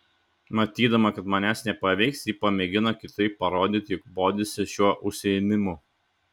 matydama kad manęs nepaveiks ji pamėgino kitaip parodyti jog bodisi šiuo užsiėmimu